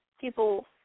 people